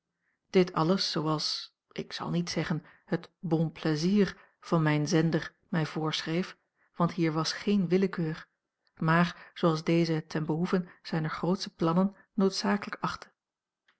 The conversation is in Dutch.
dit alles zooals ik zal niet zeggen het bon plaisir van mijn zender a l g bosboom-toussaint langs een omweg mij voorschreef want hier was geen willekeur maar zooals deze het ten behoeven zijner grootsche plannen noodzakelijk achtte